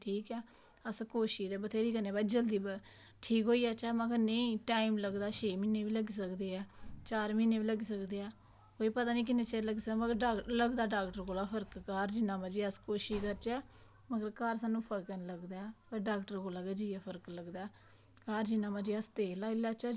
ठीक ऐ अस कोशिश ते बत्हेरी करने कि जल्दी ठीक होई जाह्चै पर नेईं टाईम लगदा छे म्हीने बी लग्गी सकदे चार म्हीने बी लग्गी सकदे आ ओह् पता निं किन्ने चिर लग्गना पर लगदा डॉक्टर कोल गै फर्क अस घर जिन्ना मर्ज़ी कोशिश करचै पर घर स्हानू फर्क निं लगदा घर जाइयै गै फर्क लगदा ऐ घर जिन्ना मर्ज़ी अस तेल लाई लाचै